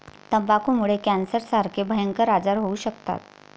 तंबाखूमुळे कॅन्सरसारखे भयंकर आजार होऊ शकतात